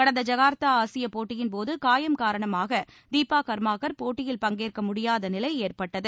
கடந்த ஜகார்த்தா ஆசிய போட்டியின்போது காயம் காரணமாக தீபா கள்மாக்கள் போட்டியில் பங்கேற்க முடியாத நிலை ஏற்பட்டது